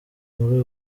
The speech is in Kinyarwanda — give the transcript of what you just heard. muri